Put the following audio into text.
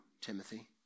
Timothy